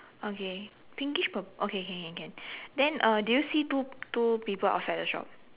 okay pinkish purple okay can can can then uh do you see two two people outside the shop